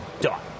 done